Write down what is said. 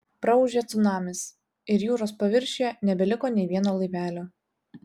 praūžė cunamis ir jūros paviršiuje nebeliko nė vieno laivelio